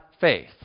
faith